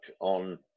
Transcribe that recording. on